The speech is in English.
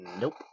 Nope